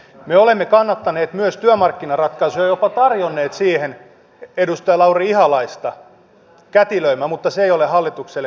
me olemme kannattaneet myös työmarkkinaratkaisuja jopa tarjonneet siihen edustaja lauri ihalaista kätilöimään mutta se ei ole hallitukselle kelvannut